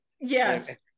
Yes